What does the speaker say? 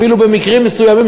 אפילו במקרים מסוימים,